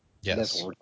Yes